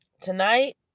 tonight